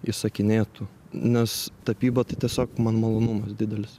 įsakinėtų nes tapyba tai tiesiog man malonumas didelis